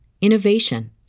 innovation